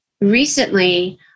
recently